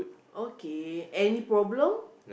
okay any problem